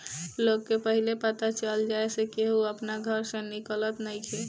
लोग के पहिले पता चल जाए से केहू अपना घर से निकलत नइखे